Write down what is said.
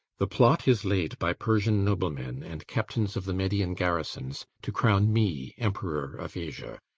the plot is laid by persian noblemen and captains of the median garrisons to crown me emperor of asia